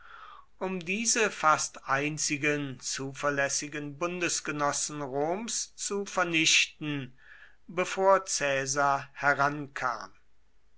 um diese fast einzigen zuverlässigen bundesgenossen roms zu vernichten bevor caesar herankam